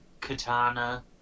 Katana